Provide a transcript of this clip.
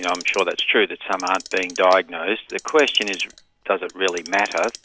i'm sure that's true, that some aren't being diagnosed. the question is does it really matter?